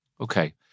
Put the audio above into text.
Okay